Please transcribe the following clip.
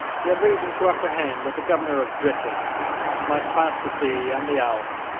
he had reason to apprehend that the governor of britain might pass the sea and the alps,